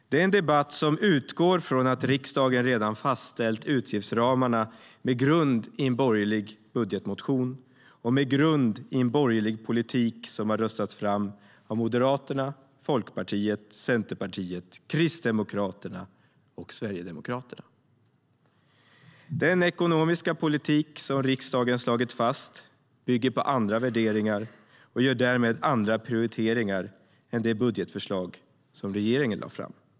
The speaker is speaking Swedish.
Det är en debatt som utgår från att riksdagen redan fastställt utgiftsramarna med grund i en borgerlig budgetmotion och med grund i en borgerlig politik som har röstats fram av Moderaterna, Folkpartiet, Centerpartiet, Kristdemokraterna och Sverigedemokraterna. Den ekonomiska politik som riksdagen slagit fast bygger på andra värderingar, och gör därmed andra prioriteringar än det budgetförslag som regeringen lade fram.